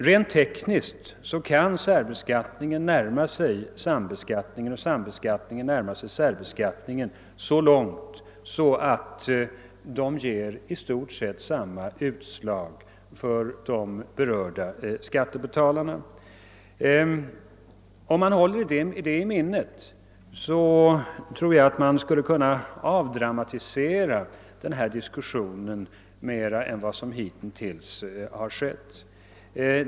Rent tekniskt kan särbeskattningen närma sig sambeskattningen och vice versa så långt att de i stort sett ger samma utslag för de berörda skattebetalarna. Håller man det i minnet, så tror jag att man kan avdramatisera diskussionen mer än vad som hittills skett.